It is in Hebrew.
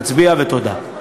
נצביע ותודה.